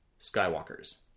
Skywalkers